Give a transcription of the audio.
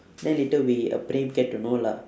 then later we uh praem get to know lah